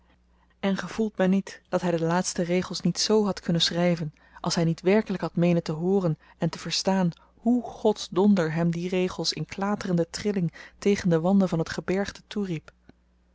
en gevoelt men niet dat hy de laatste regels niet z had kunnen schryven als hy niet werkelyk had meenen te hooren en te verstaan hoe gods donder hem die regels in klaterende trilling tegen de wanden van t gebergte toeriep